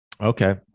Okay